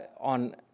on